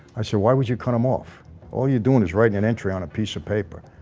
i said why would you cut him off all you're doing is writing an entry on a piece of paper?